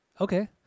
okay